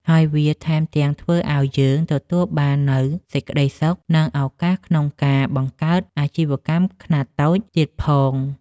ហើយវាថែមទាំងធ្វើឲ្យយើងទទួលបាននូវសេចក្ដីសុខ និងឱកាសក្នុងការបង្កើតអាជីវកម្មខ្នាតតូចទៀតផង។